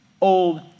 old